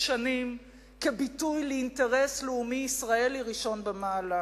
שנים כביטוי לאינטרס לאומי ישראלי ראשון במעלה.